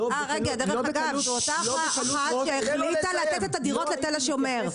אותה אחת שהחליטה לתת את הדירות לתל השומר.